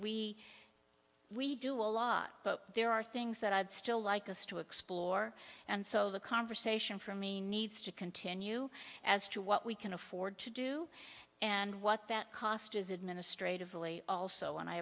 we we do a lot but there are things that i'd still like us to explore and so the conversation for me needs to continue as to what we can afford to do and what that cost is administratively also and i